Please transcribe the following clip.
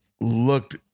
looked